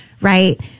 right